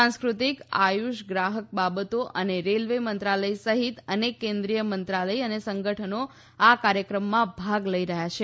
સાંસ્કૃતિક આયુષ ગ્રાહક બાબતો અને રેલ્વે મંત્રાલય સહિત અનેક કેન્દ્રીય મંત્રાલય અને સંગઠનો આ કાર્યક્રમમાં ભાગ લઈ રહ્યા છે